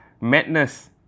madness